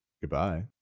goodbye